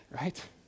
right